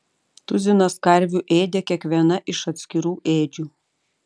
tuzinas karvių ėdė kiekviena iš atskirų ėdžių